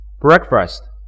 breakfast